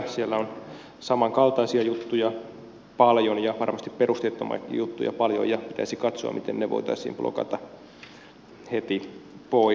siellä on samankaltaisia juttuja paljon ja varmasti perusteettomiakin juttuja paljon ja pitäisi katsoa miten ne voitaisiin blokata heti pois